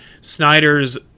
Snyder's